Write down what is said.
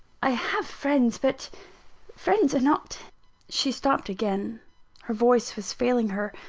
i have friends, but friends are not she stopped again her voice was failing her.